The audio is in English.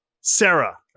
Sarah